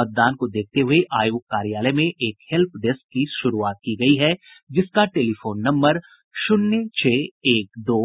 मतदान को देखते हुए आयोग कार्यालय में एक हेल्प डेस्क की शुरूआत की गयी है जिसका टेलीफोन नम्बर शून्य छह एक दो